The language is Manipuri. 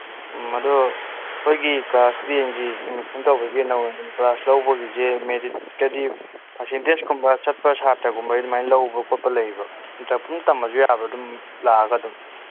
ꯎꯝ ꯑꯗꯣ ꯑꯩꯈꯣꯏꯒꯤ ꯀ꯭ꯂꯥꯁ ꯇꯦꯟꯒꯤ ꯑꯦꯗꯃꯤꯁꯟ ꯇꯧꯕꯒꯤ ꯅꯧꯅ ꯀ꯭ꯂꯥꯁ ꯂꯧꯕꯒꯤꯁꯦ ꯃꯦꯔꯤꯠꯇꯗꯤ ꯄꯥꯔꯁꯦꯟꯇꯦꯁꯀꯨꯝꯕ ꯆꯠꯄ ꯁꯥꯇ꯭ꯔꯒꯨꯝꯕ ꯑꯗꯨꯃꯥꯏꯅ ꯂꯧꯕ ꯈꯣꯠꯄ ꯂꯩꯕ꯭ꯔꯥ ꯅꯠꯇ꯭ꯔꯒ ꯄꯨꯟꯅ ꯇꯝꯃꯁꯨ ꯌꯥꯕ꯭ꯔꯣ ꯑꯗꯨꯝ ꯂꯥꯛꯑꯒ ꯑꯗꯨꯝ